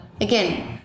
again